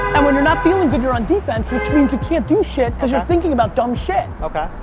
and when you're not feeling good, you're on defense which means you can't do shit cause you're thinking about dumb shit. okay.